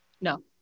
No